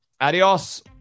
Adios